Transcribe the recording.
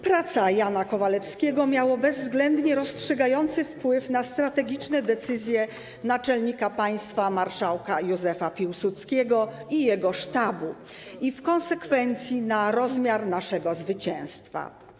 Praca Jana Kowalewskiego miała bezwzględnie rozstrzygający wpływ na strategiczne decyzje naczelnika państwa marszałka Józefa Piłsudskiego i jego sztabu, w konsekwencji na rozmiar naszego zwycięstwa.